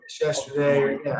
yesterday